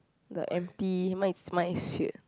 the empty mine is mine is filled